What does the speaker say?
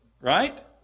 Right